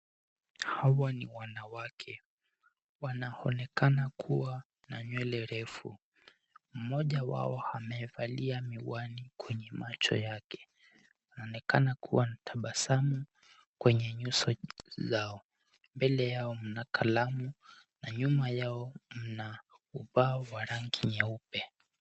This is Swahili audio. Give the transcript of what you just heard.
Hawa ni wanawake. Wanaonekana kuwa na nywele refu. Mmoja wao amevalia miwani kwenye macho yake. Wanaonekana kuwa na tabasamu kwenye nyuso zao. Mbele yao mna kalamu na nyuma yao mna ubao wa rangi nyeupe.